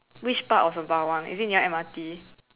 which part of sembawang is it near M_R_T